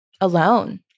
alone